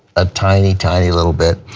ah tiny tiny little bit.